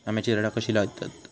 आम्याची झाडा कशी लयतत?